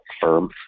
firm